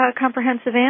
comprehensive